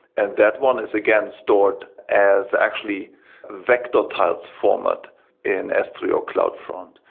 and that one is, again, stored as actually vector tiles format in s three or cloud front.